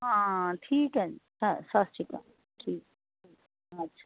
ਹਾਂ ਠੀਕ ਹੈ ਜੀ ਹਾਂ ਸਤਿ ਸ਼੍ਰੀ ਅਕਾਲ ਠੀਕ ਹਾਂਜੀ